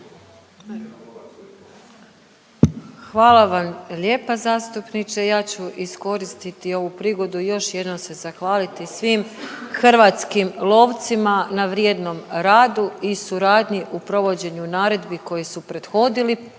Hvala vam lijepa zastupniče. Ja ću iskoristiti ovu prigodu i još jednom se zahvaliti svim hrvatskim lovcima na vrijednom radu i suradnji u provođenju naredbi koji su prethodili